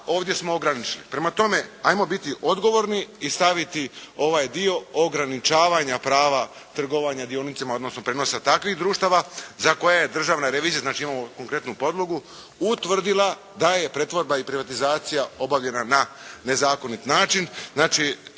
ovdje smo ograničili. Prema tome, ajmo biti odgovorni i staviti ovaj dio ograničavanja prava trgovanja dionicama odnosno prijenosa takvih društava za koje je državna revizija imamo konkretnu podlogu utvrdila da je pretvorba i privatizacija obavljena na nezakonit način.